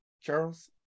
Charles